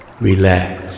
relax